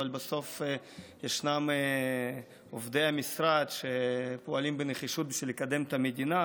אבל בסוף ישנם עובדי משרד שפועלים בנחישות בשביל לקדם את המדינה.